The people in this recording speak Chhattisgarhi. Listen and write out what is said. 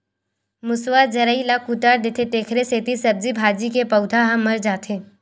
मूसवा जरई ल कुतर देथे तेखरे सेती सब्जी भाजी के पउधा ह मर जाथे